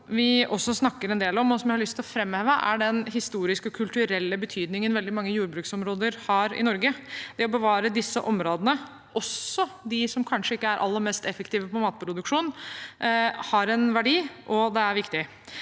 å framheve, er den historiske og kulturelle betydningen veldig mange jordbruksområder har i Norge. Det å bevare disse områdene, også de som kanskje ikke er aller mest effektive med tanke på matproduksjon, har en verdi, og det er viktig.